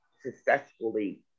successfully